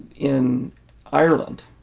in ireland